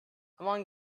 among